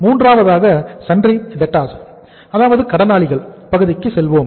மூன்றாவதாக sundry debtors அதாவது கடனாளிகள் பகுதிக்கு செல்வோம்